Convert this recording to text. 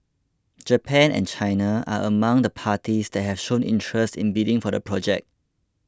Japan and China are among the parties that have shown interest in bidding for the project